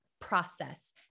process